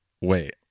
wait